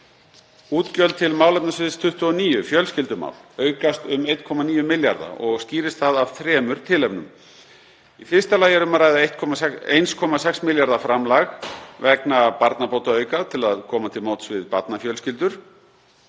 Útgjöld til málefnasviðs 29, Fjölskyldumál, aukast um 1,9 milljarða og skýrist það af þremur tilefnum. Í fyrsta lagi er um að ræða 1,6 milljarða framlag vegna barnabótaauka til að koma til móts við barnafjölskyldur.